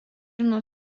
nuo